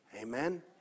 Amen